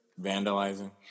Vandalizing